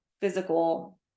physical